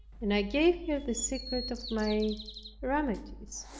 and i gave her the secret of my remedies,